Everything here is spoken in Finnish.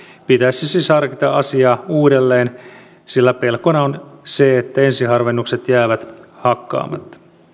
pitäisi siis harkita asiaa uudelleen sillä pelkona on se että ensiharvennukset jäävät hakkaamatta